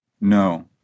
No